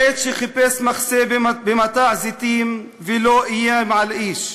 בעת שחיפש מחסה במטע זיתים ולא איים על איש.